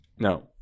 No